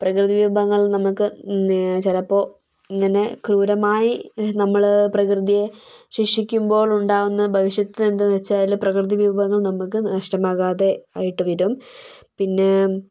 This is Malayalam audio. പ്രകൃതി വിഭവങ്ങൾ നമുക്ക് ചിലപ്പോൾ ഇങ്ങനെ ക്രൂരമായി നമ്മൾ പ്രകൃതിയെ ശിക്ഷിക്കുമ്പോൾ ഉണ്ടാകുന്ന ഭവിഷ്യത്ത് എന്താണെന്ന് വച്ചാൽ പ്രകൃതി വിഭവങ്ങൾ നമുക്ക് നഷ്ടമാകാതെ ആയിട്ട് വരും പിന്നെ